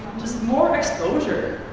just more exposure.